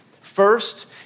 First